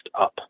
up